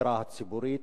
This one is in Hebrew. מהאווירה הציבורית,